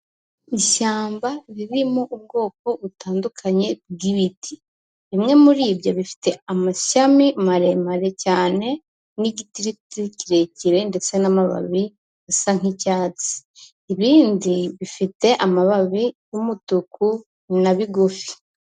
Ishyamba ririmo ubwoko butandukanye bw'ibiti. Bimwe muri byo bifite amashami maremare cyane n'igitiritiri kirekire ndetse n'amababi bisa nk'icyatsi. Ibindi bifite amababi y'umutuku ni na bigufi.